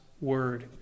word